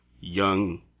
young